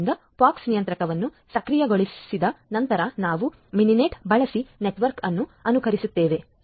ಆದ್ದರಿಂದ ಪೋಕ್ಸ್ ನಿಯಂತ್ರಕವನ್ನು ಸಕ್ರಿಯಗೊಳಿಸಿದ ನಂತರ ನಾವು ಮಿನಿನೆಟ್ ಬಳಸಿ ನೆಟ್ವರ್ಕ್ ಅನ್ನು ಅನುಕರಿಸುತ್ತೇವೆ